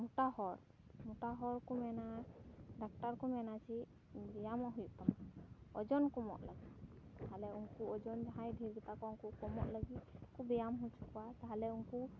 ᱢᱚᱴᱟ ᱦᱚᱲ ᱢᱚᱴᱟ ᱦᱚᱲ ᱠᱚ ᱢᱮᱱᱟ ᱰᱟᱠᱴᱟᱨ ᱠᱚ ᱢᱮᱱᱟ ᱡᱮ ᱵᱮᱭᱟᱢᱚᱜ ᱦᱩᱭᱩᱜ ᱛᱟᱢᱟ ᱚᱡᱚᱱ ᱠᱚᱢᱚᱜ ᱞᱟᱹᱜᱤᱫ ᱛᱟᱦᱚᱞᱮ ᱩᱱᱠᱩ ᱚᱡᱚᱱ ᱡᱟᱦᱟᱭ ᱰᱷᱮᱨ ᱜᱮᱛᱟᱠᱚ ᱩᱱᱠᱩ ᱠᱚᱢᱚᱜ ᱞᱟᱹᱜᱤᱫ ᱵᱮᱭᱟᱢ ᱦᱚᱪᱚ ᱠᱚᱭᱟ ᱛᱟᱦᱚᱞᱮ ᱩᱱᱠᱩ